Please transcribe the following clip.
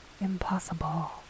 impossible